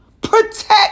Protect